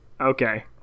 Okay